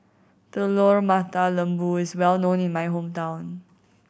Telur Mata Lembu is well known in my hometown